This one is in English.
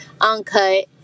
uncut